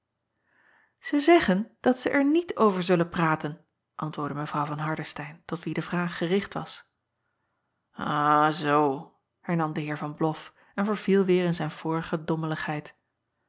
ij zeggen dat zij er niet over zullen praten antwoordde w van ardestein tot wie de vraag gericht was a zoo hernam de eer an loff en verviel weêr in zijn vorige